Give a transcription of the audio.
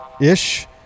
ish